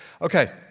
Okay